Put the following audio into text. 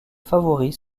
favoris